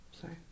sorry